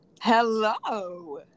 hello